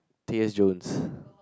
T S Jones